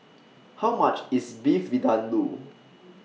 How much IS Beef Vindaloo